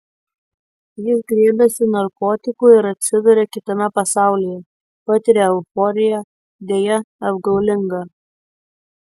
jis griebiasi narkotikų ir atsiduria kitame pasaulyje patiria euforiją deja apgaulingą